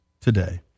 today